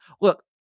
look